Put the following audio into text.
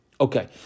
Okay